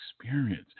experience